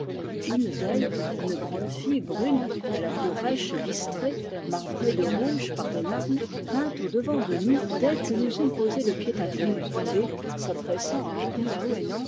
une d'elles une grande fille brune à la peau rêche et bistrée marbrée de rouge par les larmes vint au-devant de nous dès que nous eûmes posé le pied à terre et s'adressant à herri